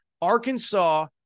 Arkansas